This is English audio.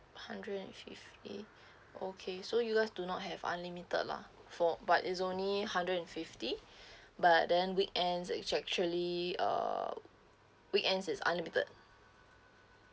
hundred and fifty okay so you guys do not have unlimited lah for but it's only hundred and fifty but then weekend is actually uh weekend is unlimited